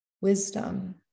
wisdom